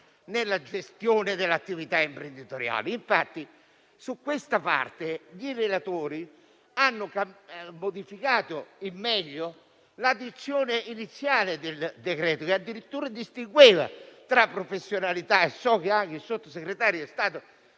nella gestione delle attività imprenditoriali. In effetti su questa parte i relatori hanno modificato in meglio la lettera iniziale del provvedimento, che addirittura distingueva tra professionalità e so che anche il Sottosegretario è stato